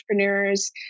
entrepreneurs